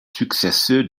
successeurs